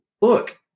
Look